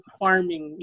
farming